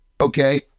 okay